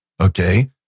Okay